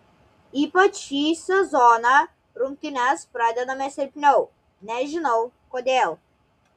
ypač šį sezoną rungtynes pradedame silpniau nežinau kodėl